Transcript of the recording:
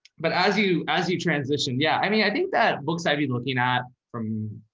but as you, as you transitioned. yeah. i mean, i think that books i'd be looking at from.